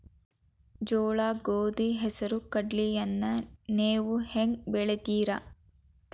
ಜೋಳ, ಗೋಧಿ, ಹೆಸರು, ಕಡ್ಲಿಯನ್ನ ನೇವು ಹೆಂಗ್ ಬೆಳಿತಿರಿ?